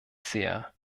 sehr